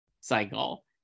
cycle